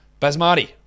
Basmati